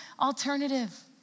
alternative